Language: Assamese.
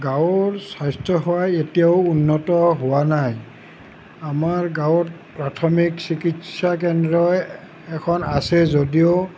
গাঁৱৰ স্বাস্থ্যসেৱা এতিয়াও উন্নত হোৱা নাই আমাৰ গাঁৱত প্ৰাৰ্থমিক চিকিৎসা কেন্দ্ৰই এখন আছে যদিও